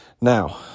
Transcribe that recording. Now